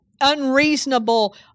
unreasonable